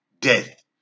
death